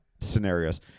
scenarios